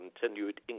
continued